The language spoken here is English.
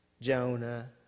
Jonah